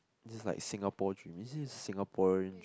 this is like Singapore dream this is Singaporean dr~